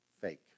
fake